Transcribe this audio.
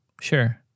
Sure